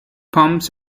pumps